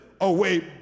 away